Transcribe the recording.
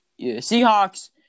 Seahawks